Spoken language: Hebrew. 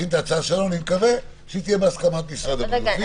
מקווה שתהיה בהסכמת משרד הבריאות.